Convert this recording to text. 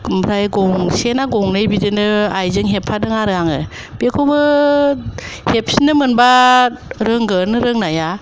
ओमफ्राय गंसेना गंनै बिदिनो आइजों हेबफादों आरो आङो बेखौबो हेबफिननो मोनबा रोंगोन रोंनाया